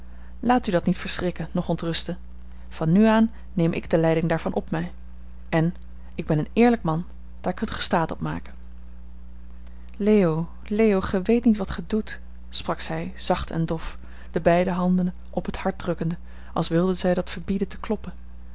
laat u dat niet verschrikken noch ontrusten van nu aan neem ik de leiding daarvan op mij en ik ben een eerlijk man daar kunt ge staat op maken leo leo gij weet niet wat gij doet sprak zij zacht en dof de beide handen op het hart drukkende als wilde zij dat verbieden te kloppen